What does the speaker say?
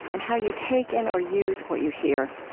and how you take in or use what you hear.